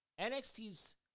NXT's